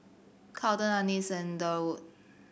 Carlton Annis and Durwood